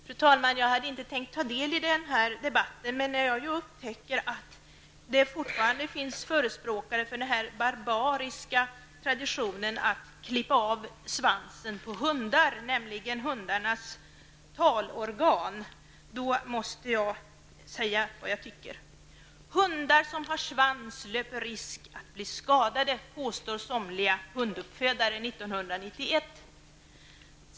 Fru talman! Jag hade inte tänkt ta del i den här debatten, men när jag upptäckte att det fortfarande finns förespråkare för den barbariska traditionen att klippa av svansen på hundar, dvs. hundarnas talorgan, var jag tvungen att säga vad jag tycker. Hundar som har svans löper risk att bli skadade, påstår somliga hunduppfödare 1991.